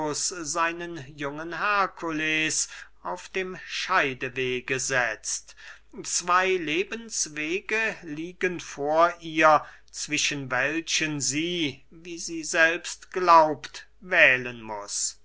seinen jungen herkules auf dem scheidewege setzt zwey lebenswege liegen vor ihr zwischen welchen sie wie sie selbst glaubt wählen muß